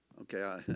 Okay